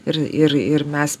ir ir ir mes